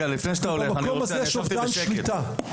אני אמרתי משפט אחד,